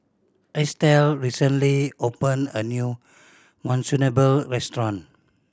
Estelle recently opened a new Monsunabe Restaurant